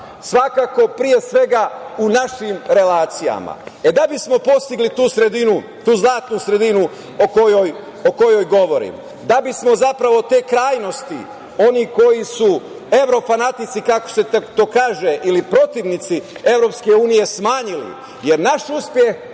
svakako pre svega u našim relacijama. Da bismo postigli tu sredinu, tu zlatnu sredinu o kojoj govorim, da bismo zapravo te krajnosti onih koji su evrofanatici, kako se to kaže, ili protivnici EU, smanjili, jer naš uspeh